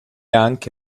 anche